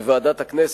בוועדת הכנסת,